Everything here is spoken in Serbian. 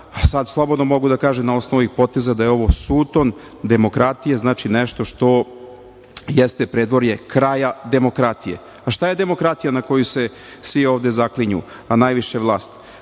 sada slobodno mogu da kažem na osnovu ovih poteza da je ovo suton demokratije, znači, nešto što jeste predvorje kraja demokratije. Šta je demokratija na koju se svi ovde zaklinju, a najviše vlast?